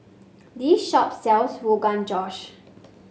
this shop sells Rogan Josh